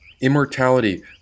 Immortality